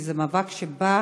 כי זה מאבק שבא